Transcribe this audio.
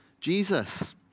Jesus